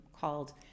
called